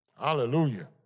Hallelujah